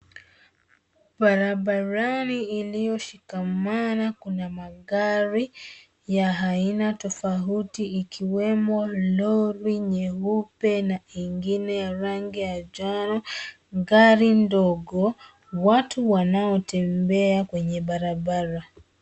Barabarani iliyoshikamana kuna magari ya aina tofauti ikiwemo Lori nyeupe na nyingine ya rangi ya njano, gari ndogo, watu wanaotembea kwenye barabara.